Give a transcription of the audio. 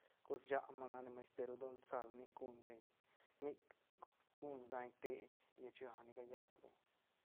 Cos shaá ma nac ni mas te ru don sal nic guñ beñ nic guñ gan teí llechga ni callac beñ.